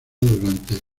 durante